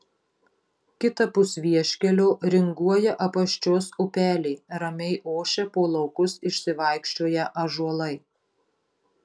kitapus vieškelio ringuoja apaščios upelė ramiai ošia po laukus išsivaikščioję ąžuolai